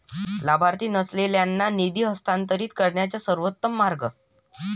लाभार्थी नसलेल्यांना निधी हस्तांतरित करण्याचा सर्वोत्तम मार्ग